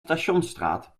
stationsstraat